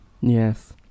Yes